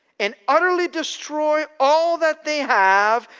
and utterly destroy all that they have,